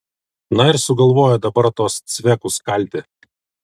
na ir sugalvojo dabar tuos cvekus kalti